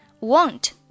Want